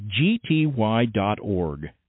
gty.org